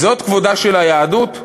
זאת כבודה של היהדות?